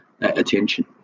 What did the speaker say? attention